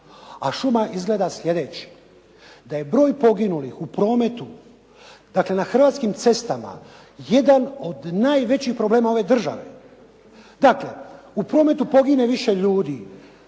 A šuma izgleda sljedeće. Da je broj poginulih u prometu, dakle, na hrvatskim cestama jedan od najvećih problema ove države. Dakle, u prometu pogine više ljudi